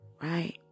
right